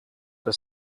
were